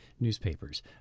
Newspapers